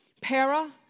Para